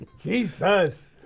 Jesus